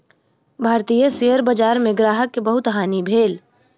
भारतीय शेयर बजार में ग्राहक के बहुत हानि भेल